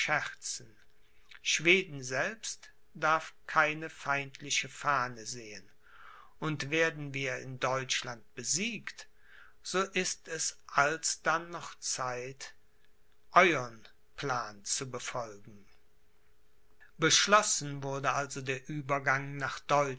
schweden selbst darf keine feindliche fahne sehen und werden wir in deutschland besiegt so ist es alsdann noch zeit euern plan zu befolgen beschlossen wurde also der uebergang nach